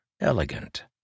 elegant